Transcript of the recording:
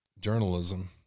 journalism